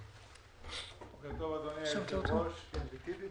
אדוני היושב-ראש, אני